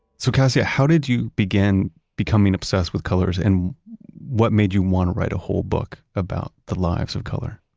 so kassia, how did you begin becoming obsessed with colors and what made you want to write a whole book about the lives of color?